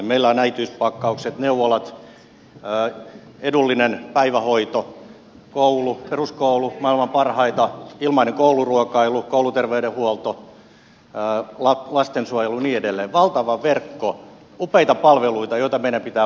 meillä on äitiyspakkaukset neuvolat edullinen päivähoito koulu ja peruskoulu maailman parhaita ilmainen kouluruokailu kouluterveydenhuolto lastensuojelu ja niin edelleen valtava verkko upeita palveluita joita meidän pitää puolustaa